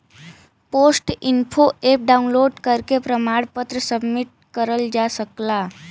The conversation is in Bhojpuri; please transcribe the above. पोस्ट इन्फो एप डाउनलोड करके प्रमाण पत्र सबमिट करल जा सकला